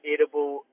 Edible